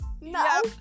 No